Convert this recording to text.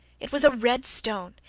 it was a red stone,